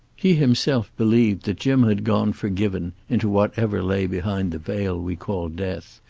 he himself believed that jim had gone forgiven into whatever lay behind the veil we call death,